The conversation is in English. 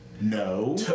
No